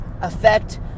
affect